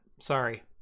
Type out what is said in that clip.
Sorry